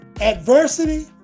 Adversity